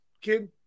kid